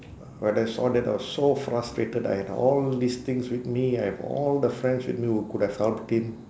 when I saw that I was so frustrated I had all these things with me I have all the friends with me who could've helped him